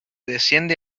desciende